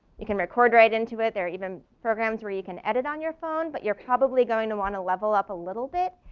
you can record right into it there even programs where you can edit on your phone, but you're probably going to wanna level up a little bit,